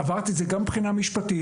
עברתי על זה גם מבחינה משפטית.